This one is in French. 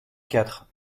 quatre